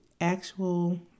actual